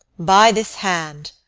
by this hand,